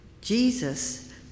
Jesus